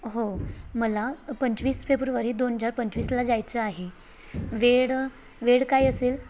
हो मला पंचवीस फेब्रुवारी दोन हजार पंचवीसला जायचं आहे वेळ वेळ काय असेल